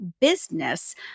business